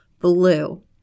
blue